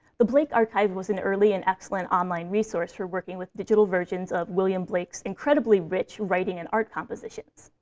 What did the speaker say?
the blake archive was an early and excellent online resource for working with digital versions of william blake's incredibly rich writing and art compositions.